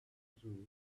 through